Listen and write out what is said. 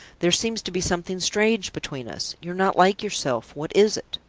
there seems to be something strange between us! you're not like yourself. what is it?